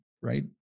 right